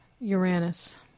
Uranus